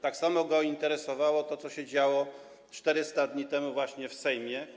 Tak samo interesowało go to, co się działo 400 dni temu właśnie w Sejmie.